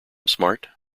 smart